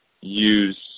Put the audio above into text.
use